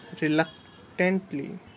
reluctantly